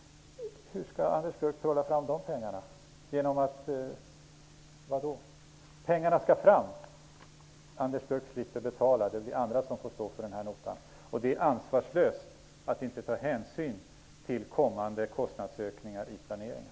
Hur skall Anders Björck trolla fram de pengarna? Genom vad? Pengarna skall fram. Anders Björck slipper betala. Det är andra som får stå för notan. Det är ansvarslöst att inte ta hänsyn till kommande kostnadsökningar i planeringen.